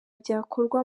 byakorwa